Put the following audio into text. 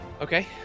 Okay